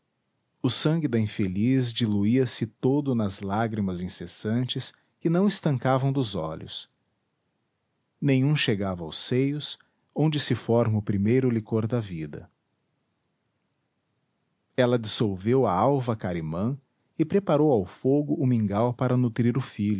o sangue da infeliz diluía se todo nas lágrimas incessantes que não estancavam dos olhos nenhum chegava aos seios onde se forma o primeiro licor da vida ela dissolveu a alva carimã e preparou ao fogo o mingau para nutrir o